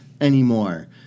anymore